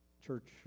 Church